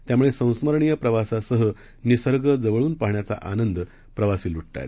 त्यामुळे संस्मरणीय प्रवासासह निसर्गाला जवळून पाहण्याचा आनंद प्रवासी लुटत आहेत